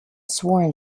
sworn